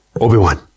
Obi-Wan